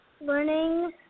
learning